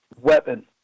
weapon